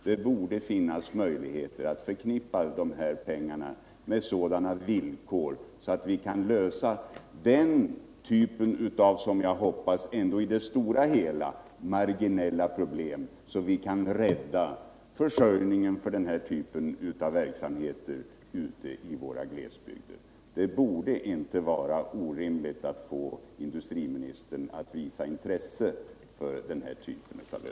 Det borde finnas möjligheter att förknippa dessa pengar med sådana villkor att vi kan lösa den här typen av problem så att vi kan rädda försörjningen för dessa verksamheter ute i våra glesbygder. Det är rimligt att begära att industriministern visar intresse för sådana lösningar.